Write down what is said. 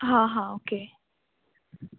हां हां ओके